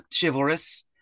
Chivalrous